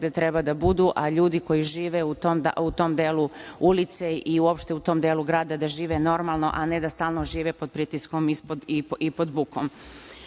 gde treba da budu, a ljudi koji žive u tom delu ulice i uopšte u tom delu grada da žive normalno, a ne da stalno žive pod pritiskom i pod bukom. Zaista